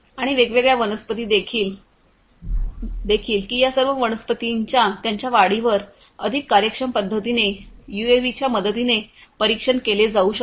आणि वेगवेगळ्या वनस्पती देखील की या सर्व वनस्पतींच्या त्यांच्या वाढीवर अधिक कार्यक्षम पद्धतीने यूएव्हीच्या मदतीने परीक्षण केले जाऊ शकते